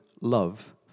love